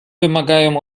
wymagają